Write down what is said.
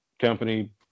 company